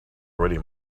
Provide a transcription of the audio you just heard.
already